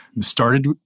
started